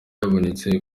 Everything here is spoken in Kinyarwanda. yabonetse